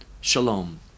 Shalom